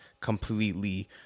completely